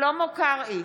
שלמה קרעי,